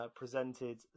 presented